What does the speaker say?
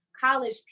college